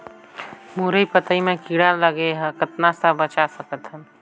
मुरई पतई म कीड़ा लगे ह कतना स बचा सकथन?